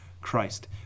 Christ